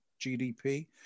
GDP